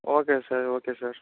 okay sir okay sir